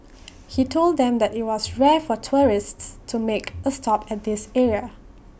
he told them that IT was rare for tourists to make A stop at this area